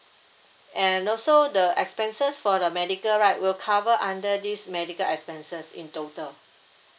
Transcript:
and also the expenses for the medical right will cover under this medical expenses in total